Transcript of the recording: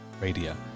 radio